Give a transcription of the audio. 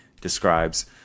describes